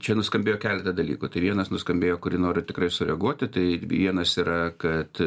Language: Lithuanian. čia nuskambėjo keletą dalykų tai vienas nuskambėjo į kurį noriu tikrai sureaguoti tai vienas yra kad